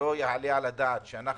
לא ייתכן,